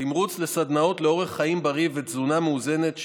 תמרוץ לסדנאות לאורח חיים בריא ותזונה מאוזנת,